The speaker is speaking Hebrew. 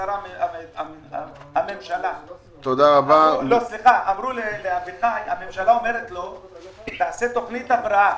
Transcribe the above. הממשלה אומרת לאביחי שיעשה תוכנית הבראה.